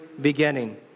beginning